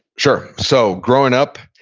sure. so growing up,